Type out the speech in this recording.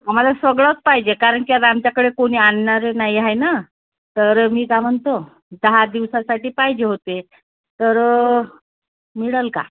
आम्हाला सगळंच पाहिजे कारण की आता आमच्याकडे कोणी आणणारे नाही आहे ना तर मी का म्हणतो दहा दिवसासाठी पाहिजे होते तर मिळेल का